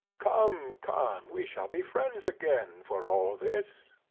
come, come, we shall be friends again, for all this.